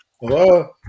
Hello